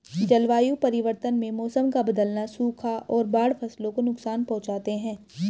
जलवायु परिवर्तन में मौसम का बदलना, सूखा और बाढ़ फसलों को नुकसान पहुँचाते है